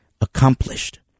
accomplished